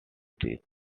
street